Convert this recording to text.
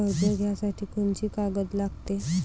कर्ज घ्यासाठी कोनची कागद लागते?